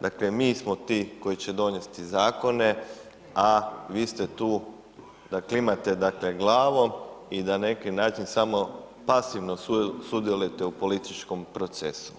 dakle, mi smo ti koji će donijeti zakone, a vi ste tu, da klimate glavom i na neki način samo pasivno sudjelujete u političkom procesu.